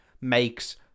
makes